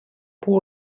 pół